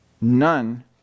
None